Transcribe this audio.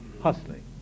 hustling